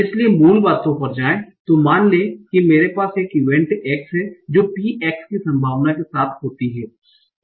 इसलिए मूल बातों पर जाएं तो मान लें कि मेरे पास एक इवैंट x है जो P x की संभावना के साथ होती है